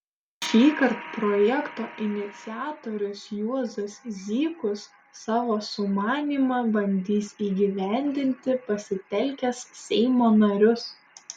šįkart projekto iniciatorius juozas zykus savo sumanymą bandys įgyvendinti pasitelkęs seimo narius